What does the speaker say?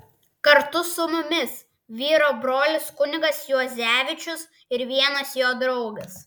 kartu su mumis vyro brolis kunigas juozevičius ir vienas jo draugas